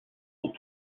aux